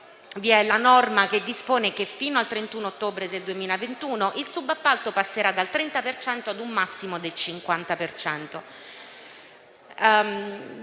vi è la norma che dispone che, fino al 31 ottobre 2021, il subappalto passerà dal 30 per cento ad un massimo del 50